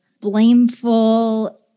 blameful